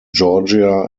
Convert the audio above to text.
georgia